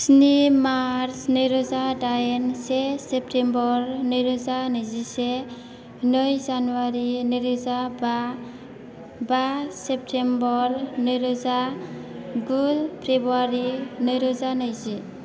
स्नि मार्च नै रोजा दाइन से सेप्तेम्बर नै रोजा नैजिसे नै जानुवारि नै रोजा बा बा सेप्तेम्बर नै रोजा गु फ्रेबुवारि नै रोजा नैजि